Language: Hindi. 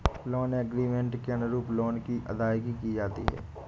लोन एग्रीमेंट के अनुरूप लोन की अदायगी की जाती है